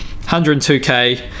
102K